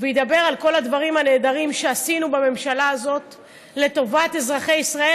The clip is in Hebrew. וגם ידבר על כל הדברים הנהדרים שעשינו בממשלה הזאת לטובת אזרחי ישראל,